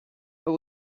but